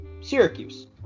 Syracuse